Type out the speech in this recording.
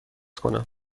کنم